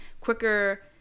quicker